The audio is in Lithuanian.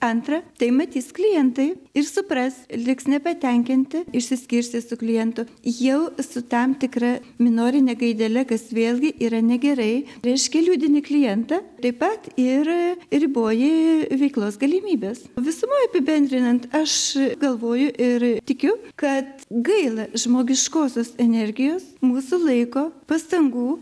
antra tai matys klientai ir supras liks nepatenkinti išsiskirsi su klientu jau su tam tikra minorine gaidele kas vėlgi yra negerai reiškia liūdini klientą taip pat ir riboji veiklos galimybes visumoj apibendrinant aš galvoju ir tikiu kad gaila žmogiškosios energijos mūsų laiko pastangų